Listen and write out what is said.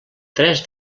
tres